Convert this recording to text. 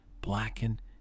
blackened